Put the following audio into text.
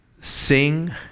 sing